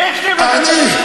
מי הכין לך את התשובה?